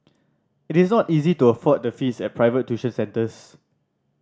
it is not easy to afford the fees at private tuition centres